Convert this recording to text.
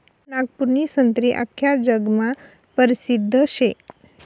नागपूरनी संत्री आख्खा जगमा परसिद्ध शे